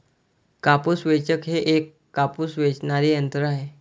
कापूस वेचक हे एक कापूस वेचणारे यंत्र आहे